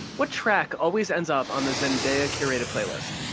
what track always ends up on the zendaya-curated playlist?